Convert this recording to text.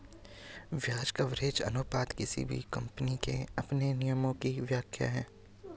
ब्याज कवरेज अनुपात किसी भी कम्पनी के अपने नियमों की व्याख्या है